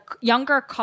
younger